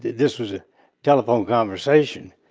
this was a telephone conversation,